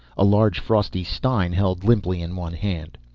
a large frosty stein held limply in one hand.